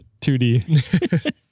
2D